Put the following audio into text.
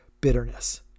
bitterness